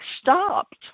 stopped